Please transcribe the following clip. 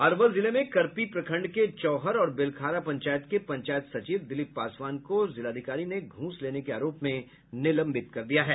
अरवल जिले में करपी प्रखंड के चौहर और बेलखारा पंचायत के पंचायत सचिव दिलीप पासवान को जिलाधिकारी ने घूस लेने के आरोप में निलंबित कर दिया है